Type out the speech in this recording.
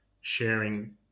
sharing